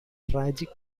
tragic